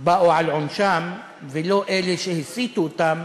באו על עונשם, ולא אלה שהסיתו אותם